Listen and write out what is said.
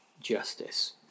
justice